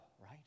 right